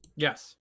Yes